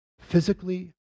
physically